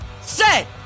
Set